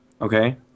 Okay